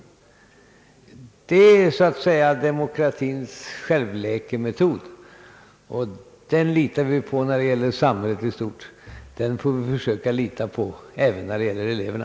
Det är så att säga demokratins självläkemetod. Den litar vi på när det gäller samhället i stort; den får vi försöka lita på även när det gäller eleverna.